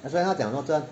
that's why 他讲说